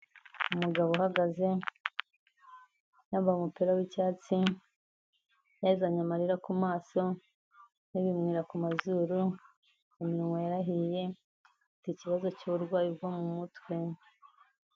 Umugabo uhagaze, yambaye umupira w'icyatsi, yazanye amarira ku maso n'ibimwira ku mazuru, iminwa yarahiye, afite ikibazo cy'uburwayi bwo mu mutwe.